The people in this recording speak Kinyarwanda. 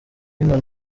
inkoni